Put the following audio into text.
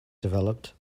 developed